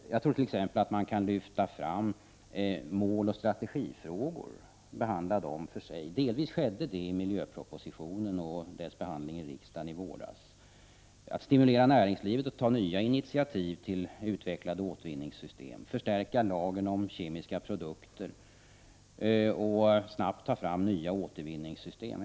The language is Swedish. Jag tror t.ex. att man kan lyfta fram måloch strategifrågor och behandla dem för sig. Det skedde delvis i miljöpropositionen och när riksdagen behandlade den i våras. Man kan också stimulera näringslivet att ta nya initiativ till utvecklade återvinningssystem, förstärka lagen om kemiska produkter och snabbt ta fram nya återvinningssystem.